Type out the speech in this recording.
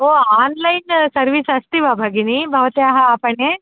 ओ online service अस्ति वा भगिनि भवत्याः आपणे